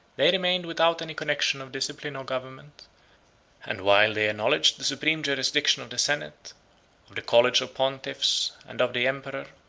they remained without any connection of discipline or government and whilst they acknowledged the supreme jurisdiction of the senate, of the college of pontiffs, and of the emperor,